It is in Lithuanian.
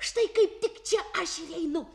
štai kaip tik čia aš ir einu